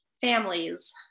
families